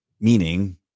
meaning